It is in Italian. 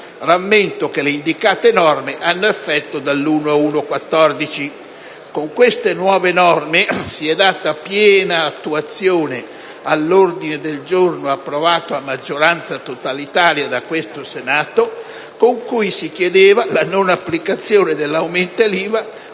Rammento che le indicate norme hanno effetto dal 1° gennaio 2014. Con queste nuove norme si è data piena attuazione all'ordine del giorno approvato a maggioranza totalitaria da questo Senato con cui si chiedeva la non applicazione dell'aumento dell'IVA,